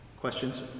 Questions